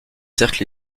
cercles